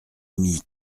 amie